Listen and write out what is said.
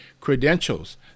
credentials